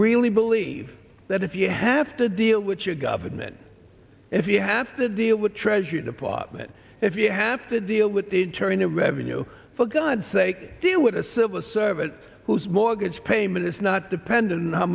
really believe that if you have to deal with your government if you have to deal with treasury department if you have to deal with the internal revenue for god's sake deal with a civil servant who's mortgage payment is not dependent on how